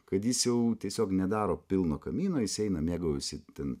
kad jis jau tiesiog nedaro pilno kamino jis eina mėgaujasi ten